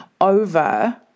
over